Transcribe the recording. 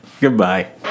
Goodbye